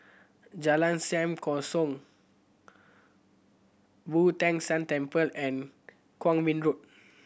Jalan Sam Kongsi Boo Tong San Temple and Kwong Min Road